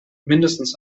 mindestens